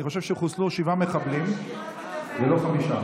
אני חושב שחוסלו שבעה מחבלים ולא חמישה.